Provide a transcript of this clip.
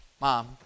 Mom